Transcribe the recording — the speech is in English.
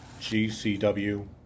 GCW